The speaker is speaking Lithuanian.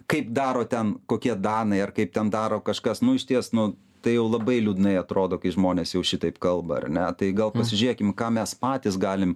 kaip daro ten kokie danai ar kaip ten daro kažkas nu išties nu tai jau labai liūdnai atrodo kai žmonės jau šitaip kalba ar ne tai gal pasižiūrėkim ką mes patys galim